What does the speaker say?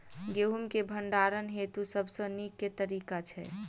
गेंहूँ केँ भण्डारण हेतु सबसँ नीक केँ तरीका छै?